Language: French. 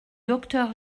docteur